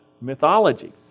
mythology